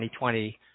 2020